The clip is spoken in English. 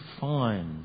find